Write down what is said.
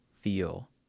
feel